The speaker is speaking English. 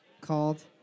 called